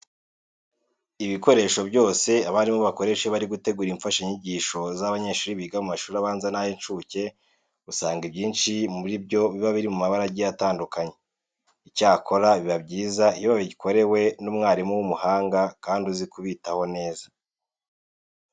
Ibikoresho byose abarimu bakoresha iyo bari gutegura imfashanyigisho z'abanyeshuri biga mu mashuri abanza n'ay'incuke, usanga ibyinshi muri byo biba biri mu mabara agiye atandukanye. Icyakora biba byiza iyo babikorewe n'umwarimu w'umuhanga kandi uzi kubitaho neza.